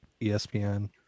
ESPN